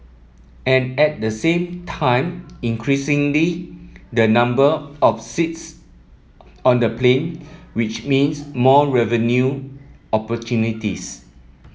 and at the same time increasingly the number of seats on the plane which means more revenue opportunities